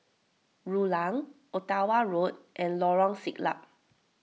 Rulang Ottawa Road and Lorong Siglap